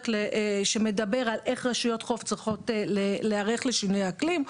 פרק שמדבר על איך רשויות חוף צריכות להיערך לשינויי אקלים,